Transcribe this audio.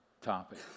topic